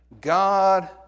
God